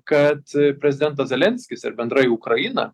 kad prezidentas zelenskis ir bendrai ukraina